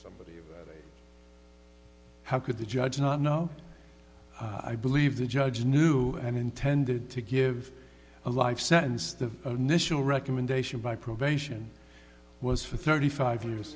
somebody how could the judge not know i believe the judge knew and intended to give a life sentence the national recommendation by probation was for thirty five years